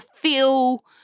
feel